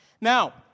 Now